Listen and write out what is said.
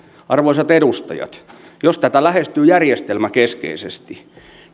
arvoisat edustajat jos tätä lähestyy järjestelmäkeskeisesti